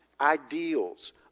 ideals